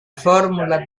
formula